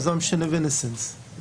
אינוסנס,